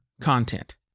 content